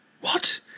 What